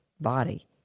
body